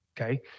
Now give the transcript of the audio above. Okay